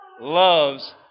loves